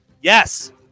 Yes